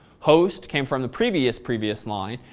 host came from the previous, previous line.